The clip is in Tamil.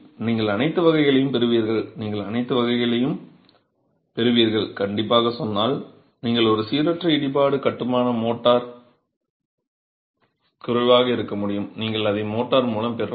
நீங்கள் அனைத்து வகைகளையும் பெறுவீர்கள் கண்டிப்பாகச் சொன்னால் ஆனால் நீங்கள் ஒரு சீரற்ற இடிபாடு கட்டுமான மோர்ட்டார் குறைவாக இருக்க முடியும் நீங்கள் அதை மோர்டார் மூலம் பெறலாம்